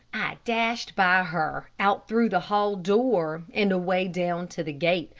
i dashed by her, out through the hall door, and away down to the gate,